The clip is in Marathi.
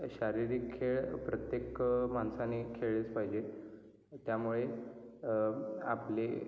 श शारीरिक खेळ प्रत्येक माणसाने खेळलेच पाहिजे त्यामुळे आपले